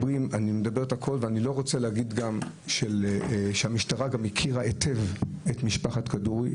אני לא רוצה להגיד שהמשטרה גם הכירה היטב את משפחת כדורי,